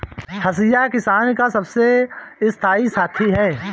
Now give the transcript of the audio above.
हंसिया किसान का सबसे स्थाई साथी है